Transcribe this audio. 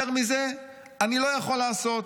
יותר מזה אני לא יכול לעשות,